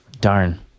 Darn